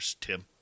Tim